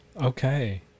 Okay